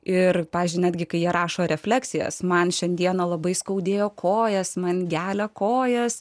ir pavyzdžiui netgi kai jie rašo refleksijas man šiandieną labai skaudėjo kojas man gelia kojas